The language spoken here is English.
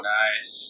nice